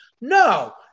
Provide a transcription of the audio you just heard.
no